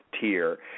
tier